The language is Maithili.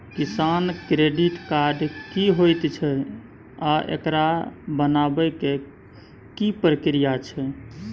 किसान क्रेडिट कार्ड की होयत छै आ एकरा बनाबै के की प्रक्रिया छै?